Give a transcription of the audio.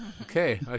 Okay